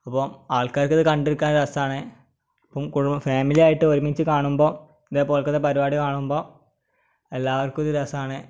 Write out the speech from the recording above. അപ്പോൾ ആൾക്കാർക്കത് കണ്ടിരിക്കാൻ രസമാണ് അപ്പം കൂടുതൽ ഫാമിലിയായിട്ട് ഒരുമിച്ച് കാണുമ്പോൾ ഇതേപോൽക്കത്തെ പരിപാടി കാണുമ്പോൾ എല്ലാവർക്കും ഇത് രസമാണ്